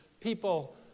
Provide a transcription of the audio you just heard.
people